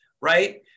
right